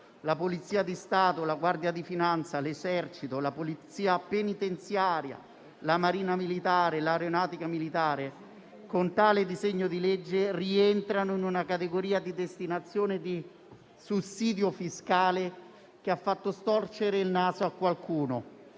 la Polizia di Stato, la Guardia di finanza, l'Esercito, la Polizia penitenziaria, la Marina militare, l'Aeronautica militare con tale disegno di legge rientrano in una categoria di destinazione di sussidio fiscale che ha fatto storcere il naso a qualcuno.